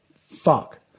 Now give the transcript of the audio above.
fuck